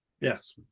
yes